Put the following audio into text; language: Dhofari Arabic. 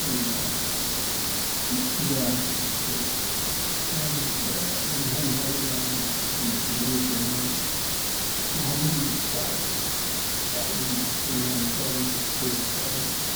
والا تجارة والا شي. المهن هذه ما شي منها فايدة، هذا التدريس هذا ماهو مجدي ، تعب دايما التصحيح دايم مع الطلاب، دايما.